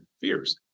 fears